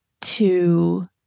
to-